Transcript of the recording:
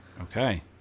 Okay